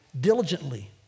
diligently